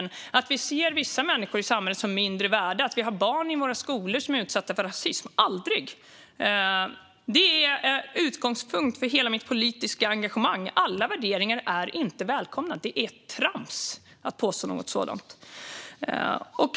Jag kommer aldrig att acceptera att vissa människor i samhället ses som mindre värda eller att vi har barn i våra skolor som utsätts för rasism - aldrig! Det är en utgångspunkt för hela mitt politiska engagemang. Alla värderingar är inte välkomna; det är trams att påstå något sådant.